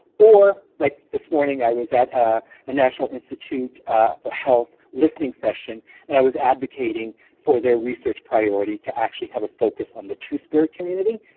or like this morning i was at a national institute for health listening session and i was advocating for their research priority to actually have a focus on the two-spirit community.